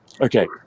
Okay